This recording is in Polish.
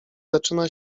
zaczyna